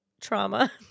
trauma